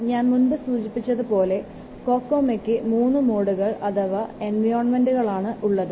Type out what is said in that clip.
ഞാൻ മുൻപ് സൂചിപ്പിച്ചതുപോലെ കൊക്കോമൊയ്ക്ക് മൂന്ന് മോഡുകൾ അഥവാ എൻവിയോൺമെന്റുകൾ ആണുള്ളത്